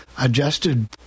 adjusted